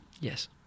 Yes